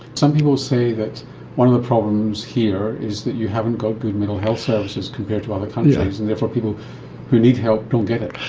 some people say that one of the problems here is that you haven't got good mental health services compared to other countries and therefore people who need help don't get it.